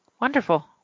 Wonderful